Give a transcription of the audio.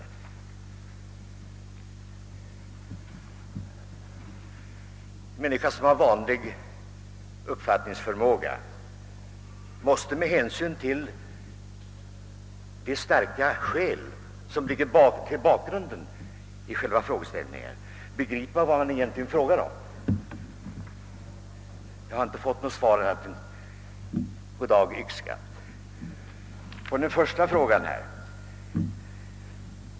En människa med vanlig uppfatt ningsförmåga måste med den utförliga motivering som föregick min fråga begripa vad jag egentligen frågade om. Men jag har inte fått något annat svar än goddag-yxskaft.